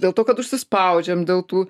dėl to kad užsispaudžiam dėl tų